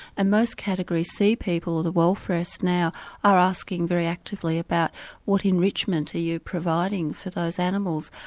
and most category c people, the welfarists, now are asking very actively about what enrichment are you providing for those animals,